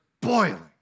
boiling